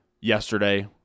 yesterday